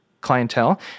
clientele